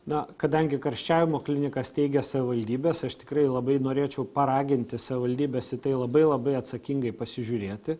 na kadangi karščiavimo klinikas steigia savivaldybės aš tikrai labai norėčiau paraginti savivaldybes į tai labai labai atsakingai pasižiūrėti